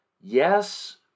Yes